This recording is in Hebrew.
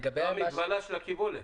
לגבי ה --- מה המגבלה של הקיבולת?